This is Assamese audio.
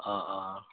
অঁ অঁ